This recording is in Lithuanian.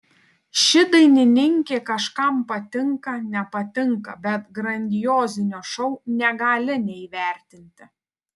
ši dainininkė kažkam patinka nepatinka bet grandiozinio šou negali neįvertinti